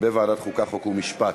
בוועדת החוקה, חוק ומשפט.